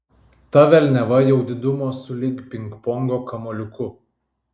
ta velniava jau didumo sulig pingpongo kamuoliuku